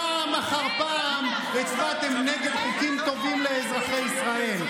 פעם אחר פעם הצבעתם נגד חוקים טובים לאזרחי ישראל.